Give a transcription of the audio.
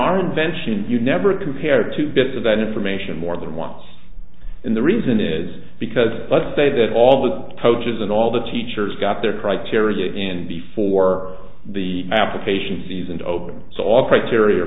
our invention you never compare two bits of that information more than once in the reason is because let's say that all the coaches and all the teachers got their criteria in before the application season to open so